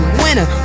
winner